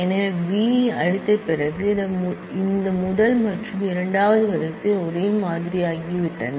எனவே B ஐ அழித்த பிறகு இந்த முதல் மற்றும் இரண்டாவது ரோ ஒரே மாதிரியாகிவிட்டன